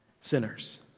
sinners